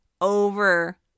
over